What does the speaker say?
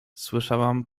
słyszałam